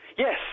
yes